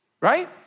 Right